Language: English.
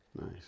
Nice